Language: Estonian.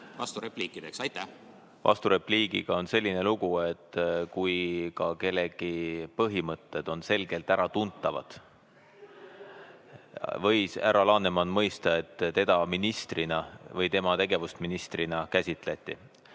vasturepliikideks. Vasturepliigiga on selline lugu, et kui ka kellegi põhimõtted on selgelt äratuntavad. Härra Laneman võis mõista, et teda ministrina või tema tegevust ministrina käsitleti.